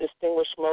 Distinguished